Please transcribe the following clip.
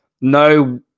no